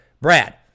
Brad